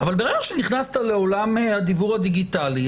אבל ברגע שנכנסת לעולם הדיוור הדיגיטלי,